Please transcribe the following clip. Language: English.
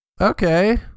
Okay